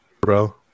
bro